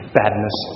badness